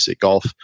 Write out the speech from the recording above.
golf